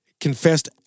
confessed